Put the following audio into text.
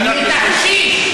מ"תחשיש".